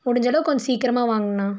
முடிஞ்ச அளவுக்கு கொஞ்சம் சீக்கிரம் வாங்கண்ணா